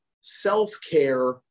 self-care